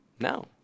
No